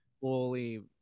fully